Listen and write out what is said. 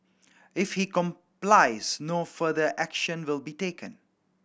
if he complies no further action will be taken